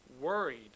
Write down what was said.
worried